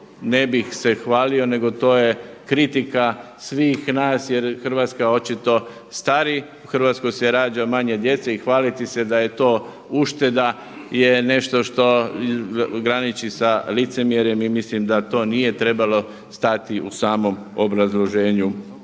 ne bih se hvalio nego to je kritika svih nas jer Hrvatska očito stari, u Hrvatskoj se rađa manje djece i hvaliti se da je to ušteda je nešto što graniči sa licemjerjem i mislim da to nije trebalo stajati u obrazloženju